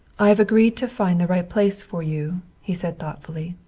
i have agreed to find the right place for you, he said thoughtfully.